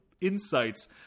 insights